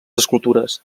escultures